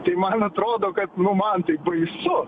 tai man atrodo kad nu man tai baisu